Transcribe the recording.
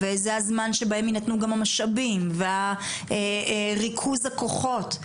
וזה הזמן שבו ינתנו גם המשאבים וריכוז הכוחות.